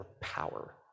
power